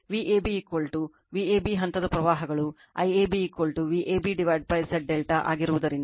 Vab Vab ಹಂತದ ಪ್ರವಾಹಗಳು IAB Vab Z ∆ ಆಗಿರುವುದರಿಂದ